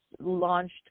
launched